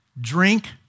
drink